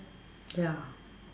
ya